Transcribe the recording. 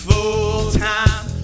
Full-time